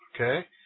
Okay